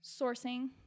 sourcing